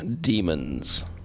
demons